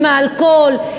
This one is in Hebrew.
עם האלכוהול,